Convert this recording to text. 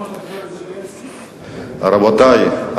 רבותי,